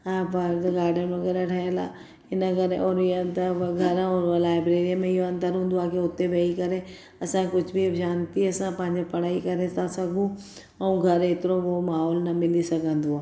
हा park garden वग़ैरह ठहियलु आहे इनकरे उन्हीअ अंदरि लाइब्रेरी में इहो अंदर हूंदो आहे की उते वेही करे असां कुझु बि शांतीअ सां पंहिंजी पढ़ाई करे था सघूं ऐं घरु एतिरो माहौल न मिली सघंदो आहे